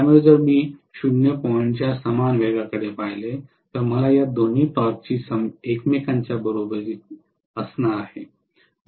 त्यामुळे जर मी 0 पॉइंटच्या समान वेगाकडे पाहिले तर मला या दोन्ही टॉर्कची एकमेकांच्या बरोबरीची असणार आहे